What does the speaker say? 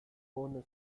bono